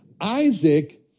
Isaac